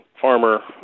farmer